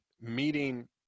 meeting